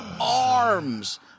arms